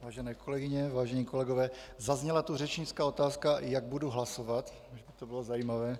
Vážené kolegyně, vážení kolegové, zazněla tu řečnická otázka, jak budu hlasovat to bylo zajímavé.